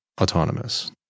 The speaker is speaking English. autonomous